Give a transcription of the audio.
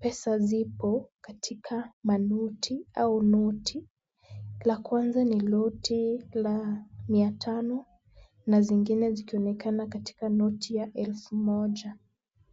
Pesa zipo katika manoti au noti. La kwanza ni noti la mia tano na zingine zikionekana katika noti ya elfu moja.